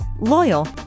loyal